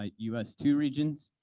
ah us two regions,